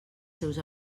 seus